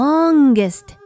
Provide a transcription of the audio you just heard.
Longest